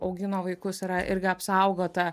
augino vaikus yra irgi apsaugota